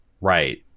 right